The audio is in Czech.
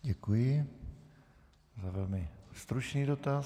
Děkuji za velmi stručný dotaz.